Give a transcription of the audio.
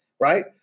right